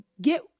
Get